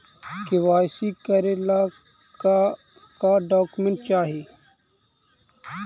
KYC करे ला का का डॉक्यूमेंट चाही?